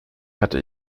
hatte